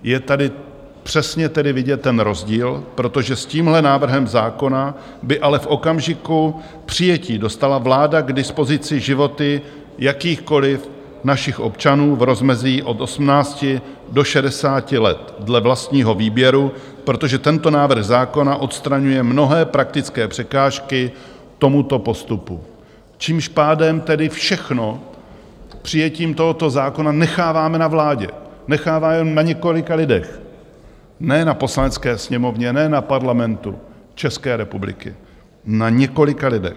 Je tady přesně tedy vidět ten rozdíl, protože s tímhle návrhem zákona by ale v okamžiku přijetí dostala vláda k dispozici životy jakýchkoliv našich občanů v rozmezí od 18 do 60 let dle vlastního výběru, protože tento návrh zákona odstraňuje mnohé praktické překážky tomuto postupu, čímž pádem tedy přijetím tohoto zákona necháváme na vládě, necháváme jen na několika lidech, ne na Poslanecké sněmovně, ne na Parlamentu České republiky, na několika lidech.